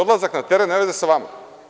Odlazak na teren nema veze sa vama.